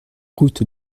route